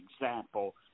example